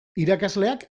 irakasleak